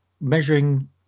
measuring